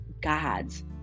God's